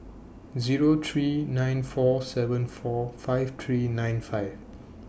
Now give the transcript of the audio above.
Zero three nine four seven four five three nine five